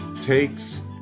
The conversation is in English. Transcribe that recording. takes